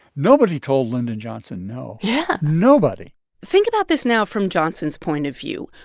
nobody told lyndon johnson no yeah nobody think about this now from johnson's point of view.